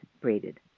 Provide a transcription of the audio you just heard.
braided